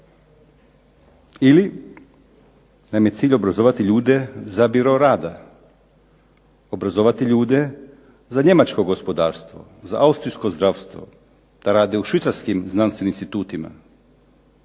Ili nam je cilj obrazovati ljude za biro rada, obrazovati ljude za njemačko gospodarstvo, za austrijsko zdravstvo, da rade u švicarskim znanstvenim institutima.